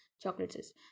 chocolates